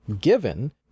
given